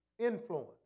influence